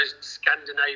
Scandinavian